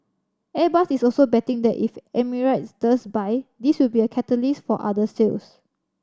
Airbus is also betting that if Emirates does buy this will be a catalyst for other sales